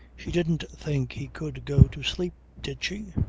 she didn't think he could go to sleep, did she?